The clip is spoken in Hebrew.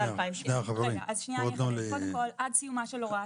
עד סיומה של הוראת